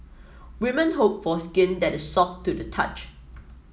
women hope for skin that is soft to the touch